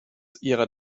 ihrer